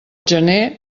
gener